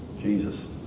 Jesus